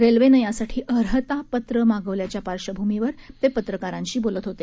रेल्वेने यासाठी अर्हता पत्र मागविल्याच्या पार्श्वभूमीवर ते पत्रकारांशी बोलत होते